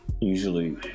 usually